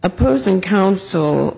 opposing counsel